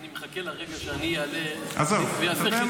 אני מחכה לרגע שאני אעלה ואעשה --- כל התשובות נכונות.